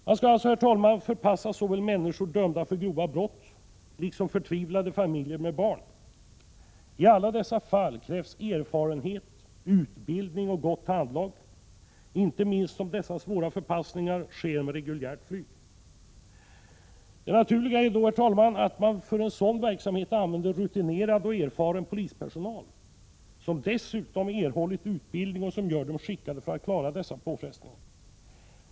Man skall alltså förpassa såväl människor som är dömda för grova brott som förtvivlade familjer med barn. I alla dessa fall behövs erfarenhet, utbildning och gott handlag, inte minst som dessa svåra förpassningar sker med reguljärt flyg. Det naturliga är att man för en sådan verksamhet använder rutinerad och erfaren polispersonal, som dessutom erhåller en utbildning som gör den skickad att klara dessa påfrestningar.